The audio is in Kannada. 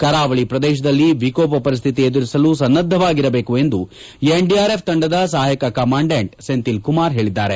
ಕರಾವಳಿ ಪ್ರದೇಶದಲ್ಲಿ ವಿಕೋಪ ಪರಿಸ್ಟಿತಿ ಎದುರಿಸಲು ಸನ್ನದ್ವಾಗಿರಬೇಕು ಎಂದು ಎನ್ಡಿಆರ್ಎಫ್ ತಂಡದ ಸಹಾಯಕ ಕಮಾಂಡೆಂಟ್ ಸೆಂಥಿಲ್ ಕುಮಾರ್ ಹೇಳಿದ್ದಾರೆ